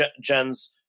Jen's